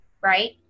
right